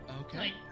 Okay